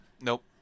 Nope